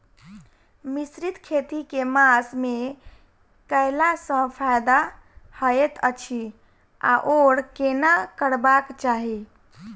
मिश्रित खेती केँ मास मे कैला सँ फायदा हएत अछि आओर केना करबाक चाहि?